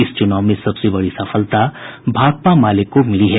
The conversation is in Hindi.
इस चुनाव में सबसे बड़ी सफलता भाकपा माले को मिली है